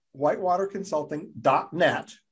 whitewaterconsulting.net